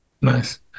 Nice